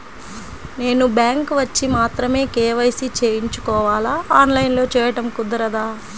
నేను బ్యాంక్ వచ్చి మాత్రమే కే.వై.సి చేయించుకోవాలా? ఆన్లైన్లో చేయటం కుదరదా?